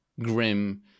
grim